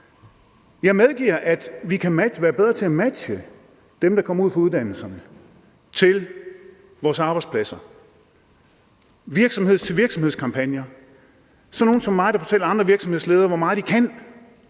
Jeg medgiver, at vi kan være bedre til at matche dem, der kommer ud fra uddannelserne, med vores arbejdspladser. Det kunne være virksomhed til virksomheds-kampagner, hvor sådan nogle som mig fortæller andre virksomhedsledere, hvor meget de kan,